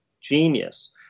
Genius